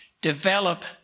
Develop